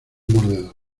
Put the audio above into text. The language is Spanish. mordedor